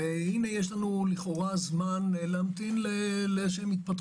והנה יש לנו לכאורה זמן להמתין להתפתחויות